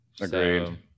agreed